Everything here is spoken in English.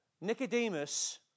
Nicodemus